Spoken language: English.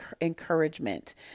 encouragement